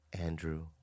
Andrew